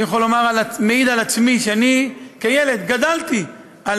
אני מעיד על עצמי שאני כילד גדלתי על